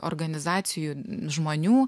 organizacijų žmonių